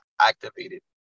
activated